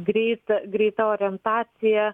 greit greita orientacija